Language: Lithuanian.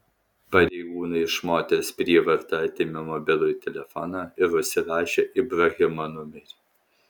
pareigūnai iš moters prievarta atėmė mobilųjį telefoną ir užsirašė ibrahimo numerį